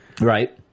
Right